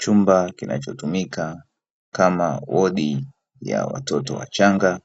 Chumba kinachotumika kama wodi ya watoto wachanga,